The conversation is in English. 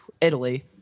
Italy